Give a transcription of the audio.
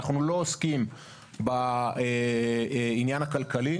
אנחנו לא עוסקים בעניין הכלכלי.